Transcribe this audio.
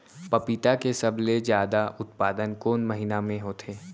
पपीता के सबले जादा उत्पादन कोन महीना में होथे?